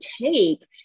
take